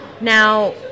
Now